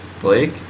Blake